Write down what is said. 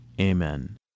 Amen